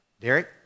Derek